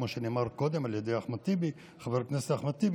כמו שנאמר קודם על ידי חבר הכנסת אחמד טיבי,